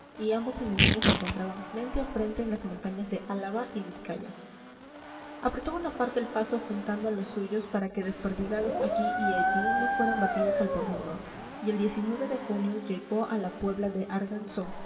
y ambos enemigos se encontraban frente a frente en las montañas de álava y vizcaya apretó bonaparte el paso juntando a los suyos para que desperdigados aquí y allí no fueran batidos al pormenor y el de junio llegó a la puebla de arganzón